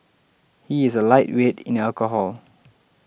he is a lightweight in alcohol